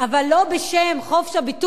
אבל לא בשם חופש הביטוי